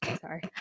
sorry